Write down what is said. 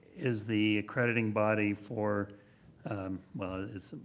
is the accrediting body for well, it's,